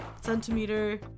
centimeter